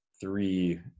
three